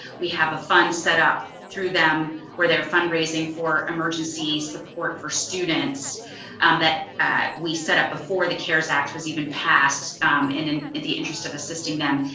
we have a fund setup through them, where they're fundraising for emergency support for students um that we set up before the cares act was even passed in the interest of assisting them.